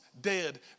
dead